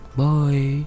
bye